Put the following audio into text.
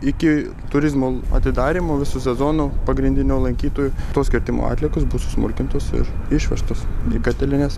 iki turizmo atidarymo viso sezono pagrindinio lankytojų tos kirtimo atliekos bus susmulkintos ir išvežtos į katilines